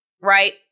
right